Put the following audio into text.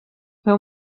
fer